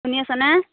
শুনি আছেনে